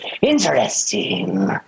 Interesting